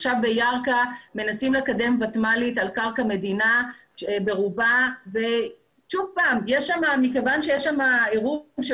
בירכא מנסים לקדם ותמ"לית על קרקע מדינה שברובה מכיוון שיש עירוב של